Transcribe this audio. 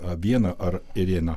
aviena ar ėriena